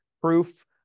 proof